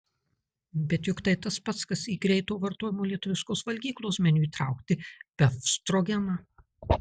bet juk tai tas pats kas į greito vartojimo lietuviškos valgyklos meniu įtraukti befstrogeną